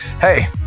hey